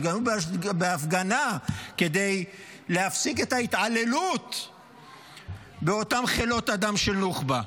השתתפו בהפגנה כדי להפסיק את ההתעללות באותם חלאות אדם של נוח'בה.